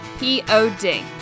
p-o-d